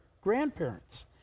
grandparents